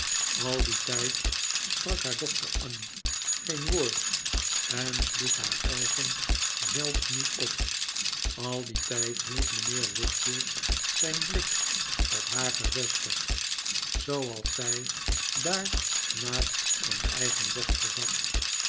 al dien tijd sprak haar dochter annie geen woord en sloeg haar oogen zelfs niet op al dien tijd hield mijnheer wickfield zijn blik op haar gevestigd zooals zij daar naast zijn eigen dochter zat